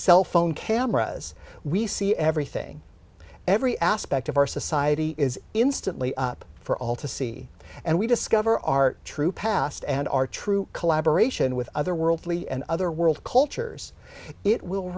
cell phone cameras we see everything every aspect of our society is instantly up for all to see and we discover our troop past and our true collaboration with other worldly and other world cultures it will